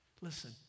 Listen